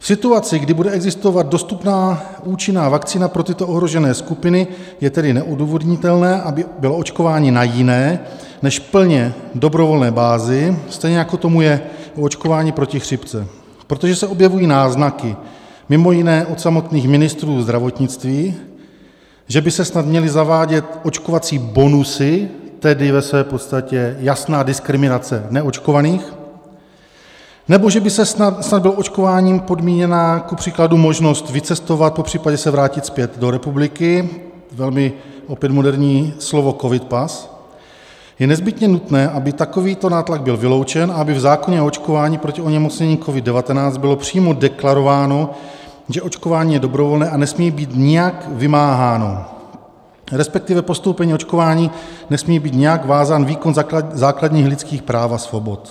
V situaci, kdy bude existovat dostupná účinná vakcína pro tyto ohrožené skupiny, je tedy neodůvodnitelné, aby bylo očkování na jiné než plně dobrovolné bázi, stejně jako tomu je u očkování proti chřipce, protože se objevují náznaky, mimo jiné od samotných ministrů zdravotnictví, že by se snad měly zavádět očkovací bonusy, tedy ve své podstatě jasná diskriminace neočkovaných, nebo že by snad byla očkováním kupříkladu podmíněna možnost vycestovat, popřípadě se vrátit zpět do republiky opět velmi moderní slovo CovidPass je nezbytně nutné, aby takovýto nátlak byl vyloučen a aby v zákoně o očkování proti onemocnění COVID19 bylo přímo deklarováno, že očkování je dobrovolné a nesmí být nijak vymáháno, respektive k podstoupení očkování nesmí být nijak vázán výkon základních lidských práv a svobod.